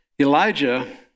Elijah